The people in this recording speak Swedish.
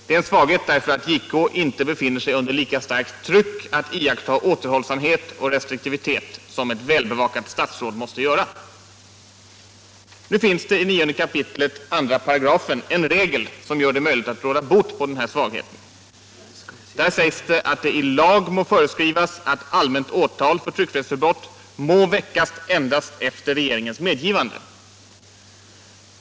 Det är en svaghet därför att justitiekanslern inte befinner sig under lika starkt tryck att iaktta återhållsamhet och restriktivitet som ett välbevakat statsråd måste pöra. Nu finns det i 9 kap. 28 en regel som gör det möjligt att råda bot på den här svagheten. Där sägs att det ”i lag må föreskrivas att allmänt åtal för tryckfrihetsbrott må väckas endast efter regeringens medgivande”.